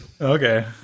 Okay